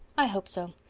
i hope so.